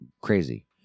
crazy